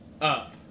Up